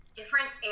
different